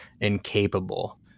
incapable